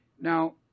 Now